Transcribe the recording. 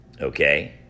okay